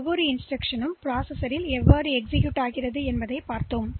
எனவே செயலி மூலம் தனிப்பட்ட வழிமுறைகள் எவ்வாறு செயல்படுத்தப்படுகின்றன என்பதைப் போன்றது